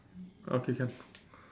okay can